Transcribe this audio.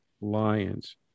Lions